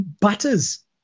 butters